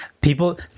people